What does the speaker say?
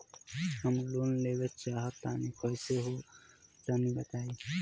हम लोन लेवल चाहऽ तनि कइसे होई तनि बताई?